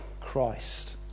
Christ